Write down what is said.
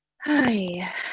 Hi